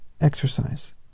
exercise